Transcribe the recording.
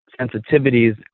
sensitivities